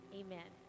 amen